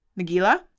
Nagila